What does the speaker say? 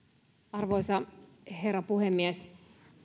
arvoisa herra puhemies